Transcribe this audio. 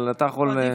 אבל אתה יכול,